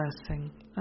blessing